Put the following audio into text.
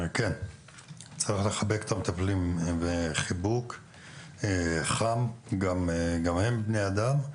צריך לחבק את המטפלים בחיבוק חם, גם הם בני אדם.